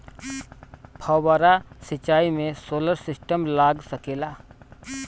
फौबारा सिचाई मै सोलर सिस्टम लाग सकेला?